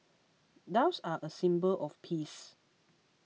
doves are a symbol of peace